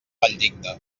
valldigna